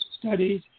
studies